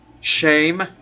shame